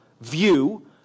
view